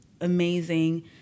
amazing